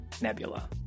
Nebula